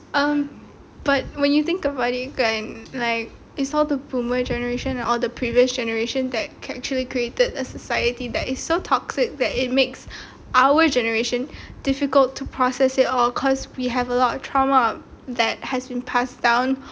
um but when you think about it kan like it's all the boomer generation all the previous generation kan actually created a society that is so toxic that it makes our generation difficult to process it all because we have a lot of trauma that has been passed down